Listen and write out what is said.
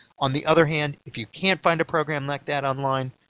on the other hand if you can't find a program like that online,